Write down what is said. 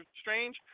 strange